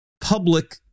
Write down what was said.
public